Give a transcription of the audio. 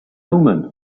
omen